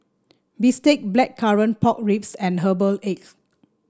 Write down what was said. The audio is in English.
bistake Blackcurrant Pork Ribs and Herbal Egg